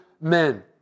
men